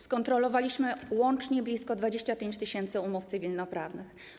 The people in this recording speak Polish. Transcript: Skontrolowaliśmy łącznie blisko 25 tys. umów cywilnoprawnych.